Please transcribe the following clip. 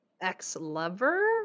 ex-lover